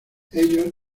ellos